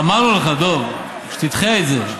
אמרנו לך, דב, שתדחה את זה.